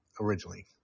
originally